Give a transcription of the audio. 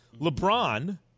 LeBron